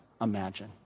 imagine